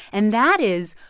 and that is,